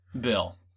Bill